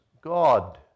God